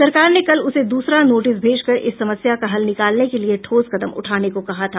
सरकार ने कल उसे दूसरा नोटिस भेजकर इस समस्या का हल निकालने के लिए ठोस कदम उठाने को कहा था